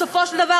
בסופו של דבר,